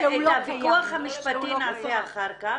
את הוויכוח המשפטי שנעשה אחרי כך.